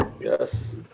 Yes